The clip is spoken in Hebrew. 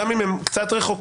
גם אם הם קצת רחוקים.